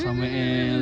mm mm mm mm